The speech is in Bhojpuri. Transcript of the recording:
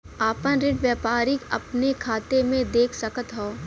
आपन ऋण व्यापारी अपने खाते मे देख सकत हौ